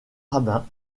rabbin